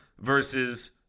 versus